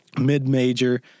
mid-major